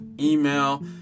email